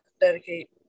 dedicate